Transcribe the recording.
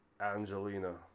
Angelina